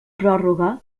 pròrroga